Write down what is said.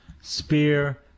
spear